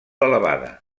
elevada